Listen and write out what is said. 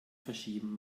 verschieben